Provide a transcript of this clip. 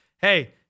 hey